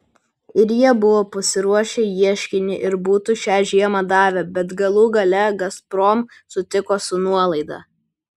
ir jie buvo pasiruošę ieškinį ir būtų šią žiemą davę bet galų gale gazprom sutiko su nuolaida